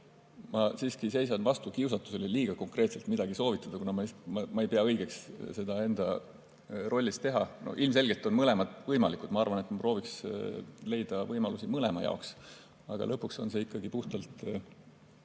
ma siiski seisan vastu kiusatusele liiga konkreetselt midagi soovitada. Ma ei pea õigeks seda enda rollis teha. Ilmselt on mõlemad võimalikud. Ma arvan, ma prooviksin leida võimalusi mõlema jaoks, aga lõpuks on see ikkagi puhtalt